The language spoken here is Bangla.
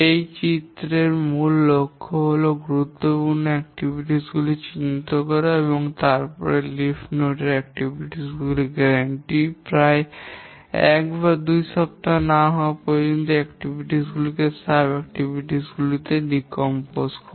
এই চিত্রের মূল লক্ষ্য হল গুরুত্বপূর্ণ কার্যক্রম গুলি চিহ্নিত করা এবং তারপরে পাতার স্তর কার্যক্রম গুলির দানাদারতা প্রায় এক বা দুই সপ্তাহ না হওয়া পর্যন্ত এই কার্যক্রম গুলিকে উপ কার্যক্রম গুলিতে পচন করা